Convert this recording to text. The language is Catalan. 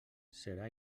serà